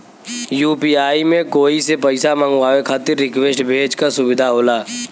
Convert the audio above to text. UPI में कोई से पइसा मंगवाये खातिर रिक्वेस्ट भेजे क सुविधा होला